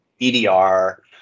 EDR